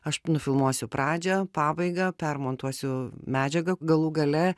aš nufilmuosiu pradžią pabaigą permontuosiu medžiagą galų gale